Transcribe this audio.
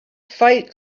fight